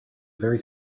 very